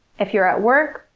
if you're at work,